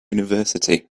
university